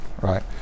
right